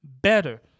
better